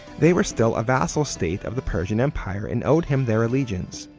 they were still a vassal state of the persian empire, and owed him their allegiance.